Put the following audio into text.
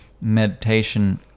meditation